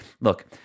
look